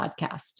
Podcast